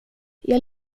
jag